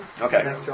Okay